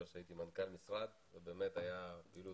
כשהייתי מנכ"ל משרד ובאמת הייתה פעילות,